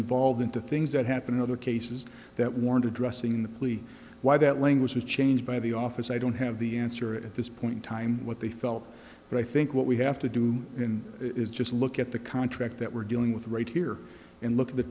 evolved into things that happen in other cases that warrant addressing the plea why that language was changed by the office i don't have the answer at this point in time what they felt but i think what we have to do is just look at the contract that we're dealing with right here and look at the